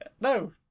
No